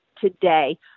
today